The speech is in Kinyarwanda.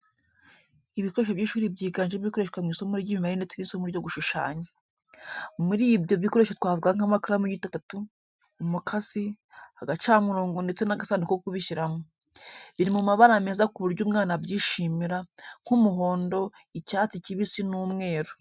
Ibikoresho by'ishuri byiganjemo ibikoreshwa mu isomo ry'imibare ndetse n'isomo ryo gushushanya. Muri ibyo bikoresho twavuga nk'amakaramu y'igiti atatu, umukasi, agacamurongo ndetse n'agasanduku ko kubishyiramo. Biri mu mabara meza ku buryo umwana abyishimira, nk'umuhondo, icyatsi kibisi n'umweru.